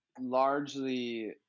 largely